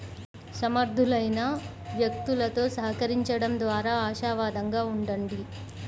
సమర్థులైన వ్యక్తులతో సహకరించండం ద్వారా ఆశావాదంగా ఉండండి